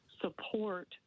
support